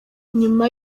nyuma